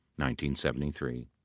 1973